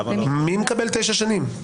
מי מקבל תשע שנים?